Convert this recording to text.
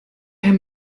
herr